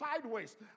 sideways